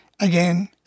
again